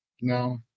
No